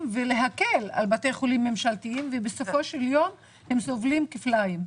ולהקל על בתי חולים ממשלתיים ובסופו של יום הם סובלים כפליים.